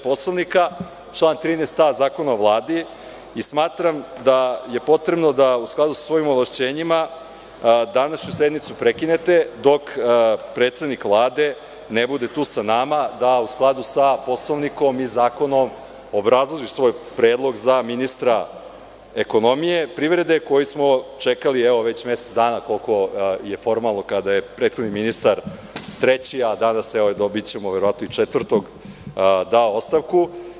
Poslovnika, član 13a. Zakona o Vladi i smatram da je potrebno da u skladu sa svojim ovlašćenjima današnju sednicu prekinete dok predsednik Vlade ne bude tu sa nama da u skladu sa Poslovnikom i zakonom obrazloži svoj predlog za ministra ekonomije i privrede koji smo čekali evo već mesec dana, koliko je formalno kada je prethodni ministar, treći, a danas ćemo verovatno dobiti i četvrtog, dao ostavku.